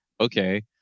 okay